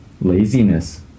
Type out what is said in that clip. laziness